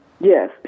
yes